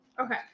Okay